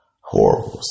horrible